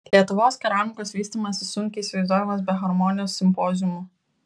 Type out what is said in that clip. lietuvos keramikos vystymasis sunkiai įsivaizduojamas be harmonijos simpoziumų